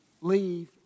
leave